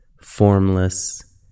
formless